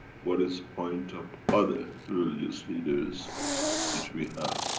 what is point of other religious leaders which we have?